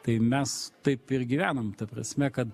tai mes taip ir gyvenam ta prasme kad